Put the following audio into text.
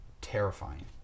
terrifying